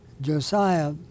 Josiah